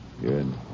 Good